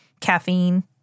caffeine